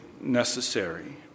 necessary